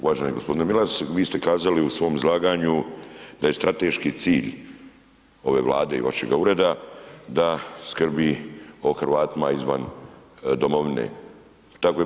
Uvaženi gospodine Milas, vi ste kazali u svom izlaganju da je strateški cilj ove Vlade i vašega ureda da skrbi o Hrvatima izvan domovine, tako i BiH.